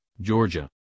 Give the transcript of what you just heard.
georgia